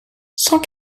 cent